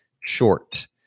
short